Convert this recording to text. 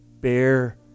bear